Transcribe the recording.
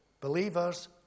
believers